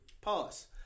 Pause